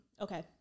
okay